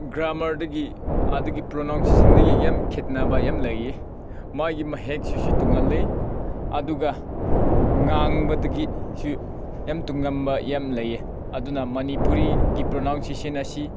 ꯒ꯭ꯔꯥꯃꯥꯔꯗꯒꯤ ꯑꯗꯒꯤ ꯄ꯭ꯔꯅꯥꯎꯟꯁꯦꯁꯟꯗꯒꯤ ꯌꯥꯝ ꯈꯦꯠꯅꯕ ꯌꯥꯝ ꯂꯩꯌꯦ ꯃꯥꯒꯤ ꯃꯌꯦꯛꯁꯤꯁꯨ ꯇꯣꯡꯉꯥꯜꯂꯤ ꯑꯗꯨꯒ ꯉꯥꯡꯕꯗꯒꯤꯁꯨ ꯌꯥꯝ ꯇꯣꯡꯉꯥꯟꯕ ꯌꯥꯝ ꯂꯩꯌꯦ ꯑꯗꯨꯅ ꯃꯅꯤꯄꯨꯔꯤꯒꯤ ꯄ꯭ꯔꯅꯥꯎꯟꯁꯦꯁꯟ ꯑꯁꯤ